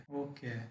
okay